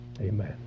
Amen